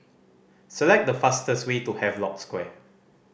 select the fastest way to Havelock Square